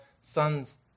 sons